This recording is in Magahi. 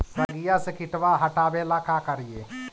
सगिया से किटवा हाटाबेला का कारिये?